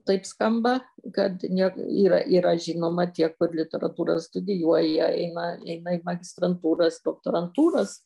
taip skamba kad ne yra yra žinoma tie kur literatūrą studijuoja eina eina į magistrantūras doktorantūras